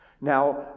Now